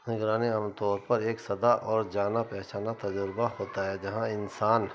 نگرانے عام طور پر ایک سدا اور جانا پہچانا تجربہ ہوتا ہے جہاں انسان